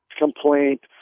complaint